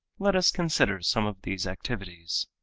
let us consider some of these activities.